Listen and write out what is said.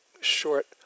short